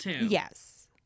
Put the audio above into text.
yes